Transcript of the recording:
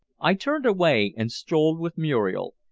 i turned away and strolled with muriel,